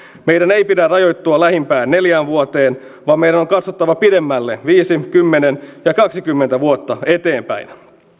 meidän ei pidä rajoittua lähimpään neljään vuoteen vaan meidän on katsottava pidemmälle viisi kymmenen ja kaksikymmentä vuotta eteenpäin